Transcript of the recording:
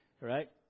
Right